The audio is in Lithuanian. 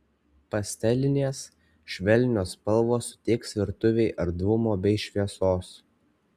pastelinės švelnios spalvos suteiks virtuvei erdvumo bei šviesos